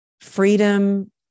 Freedom